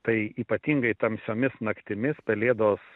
tai ypatingai tamsiomis naktimis pelėdos